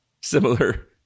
similar